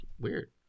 weird